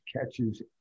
catches